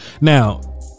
Now